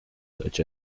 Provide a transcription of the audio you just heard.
such